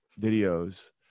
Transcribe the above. videos